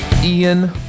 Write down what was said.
Ian